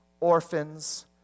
orphans